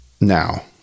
Now